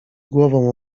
głową